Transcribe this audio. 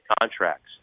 contracts